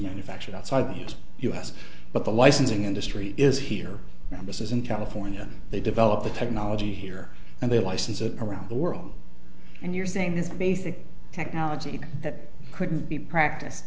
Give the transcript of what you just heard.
manufactured outside the us but the licensing industry is here and this is in california they develop the technology here and they license it around the world and you're saying this basic technology that couldn't be practice